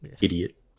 Idiot